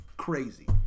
Crazy